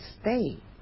stay